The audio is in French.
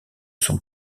son